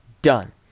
Done